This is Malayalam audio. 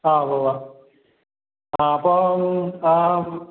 ആ ഉവ്വുവ ആ അപ്പോള്